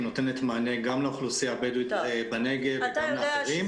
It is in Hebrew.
היא נותנת מענה גם לאוכלוסייה הבדואית בנגב וגם לאחרים.